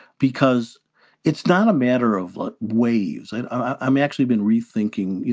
because it's not a matter of like ways. and i'm actually been rethinking, you